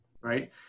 right